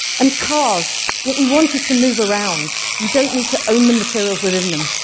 and cars what we want is to move around. we don't need to own the materials within them.